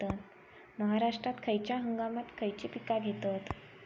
महाराष्ट्रात खयच्या हंगामांत खयची पीका घेतत?